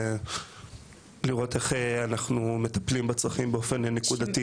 לראות איך אנחנו מטפלים בצרכים באופן נקודתי.